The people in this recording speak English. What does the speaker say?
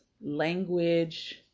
language